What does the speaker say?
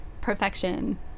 perfection